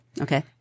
okay